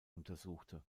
untersuchte